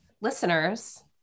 listeners